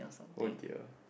oh dear